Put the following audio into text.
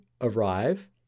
arrive